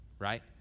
Right